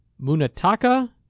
Munataka